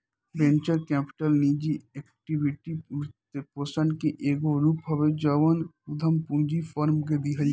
venture capital निजी equity वित्तपोषण के एगो रूप हवे जवन उधम पूंजी फार्म के दिहल जाला